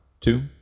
two